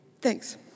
Thanks